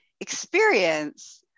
experience